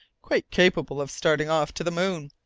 quite capable of starting off to the moon!